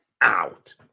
out